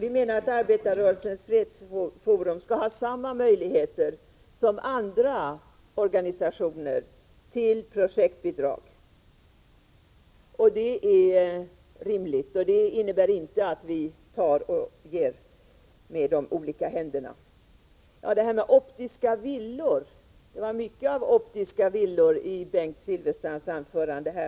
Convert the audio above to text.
och vi menar att Arbetarrörelsens fredsforum skall ha samma möjligheter som andra organisationer till projektbidrag. Det är rimligt, och det innebär inte att vi tar med den ena handen och ger med den andra. Det var mycket av optiska villor i Bengt Silfverstrands anförande.